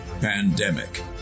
Pandemic